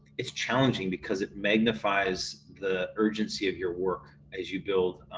it's challenging because it magnifies the urgency of your work as you build